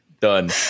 done